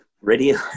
Radio